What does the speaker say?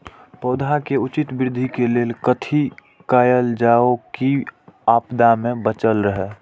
पौधा के उचित वृद्धि के लेल कथि कायल जाओ की आपदा में बचल रहे?